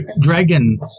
dragon